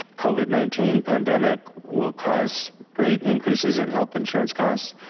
covid nineteen pandemic will cause great increases in health insurance costs.